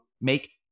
make